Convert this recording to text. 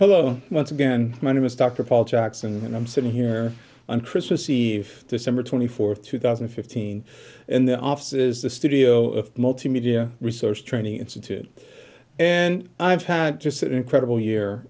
hello once again my name is dr paul jackson and i'm sitting here on christmas eve december twenty fourth two thousand and fifteen and the office is the studio multimedia resource training institute and i've had just an incredible year